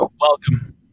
Welcome